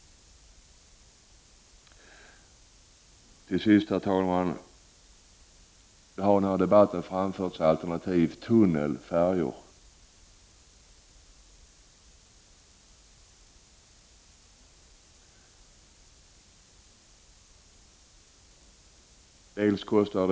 Till sist, herr talman, har det under debatten framförts alternativet med tunnel och färjor.